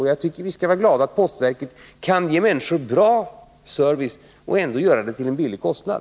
Jag tycker att vi skall vara glada för att postverket kan ge människor bra service och ändå göra det till en låg kostnad.